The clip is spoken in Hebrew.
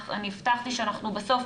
אני הבטחתי שאנחנו בסוף,